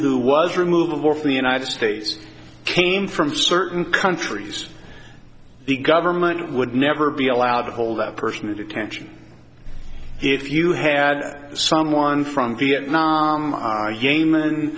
who was removed of war from the united states came from certain countries the government would never be allowed to hold that person in detention if you had someone from vietnam game